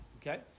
Okay